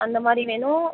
அந்த மாதிரி வேணும்